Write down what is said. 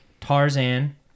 Tarzan